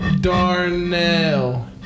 Darnell